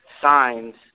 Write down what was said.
signs